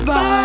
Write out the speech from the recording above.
Bye